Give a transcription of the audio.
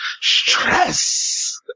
stress